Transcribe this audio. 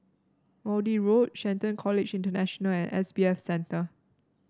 Maude Road Shelton College International and S B F Center